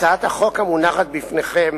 הצעת החוק המונחת בפניכם